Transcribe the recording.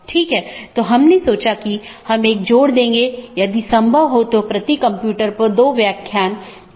autonomous system संगठन द्वारा नियंत्रित एक इंटरनेटवर्क होता है